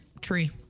Tree